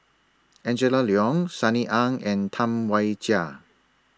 Angela Liong Sunny Ang and Tam Wai Jia